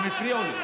הם הפריעו לי.